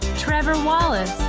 trevor wallace,